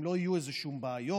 אם לא יהיו איזשהן בעיות,